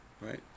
right